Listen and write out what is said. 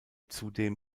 zudem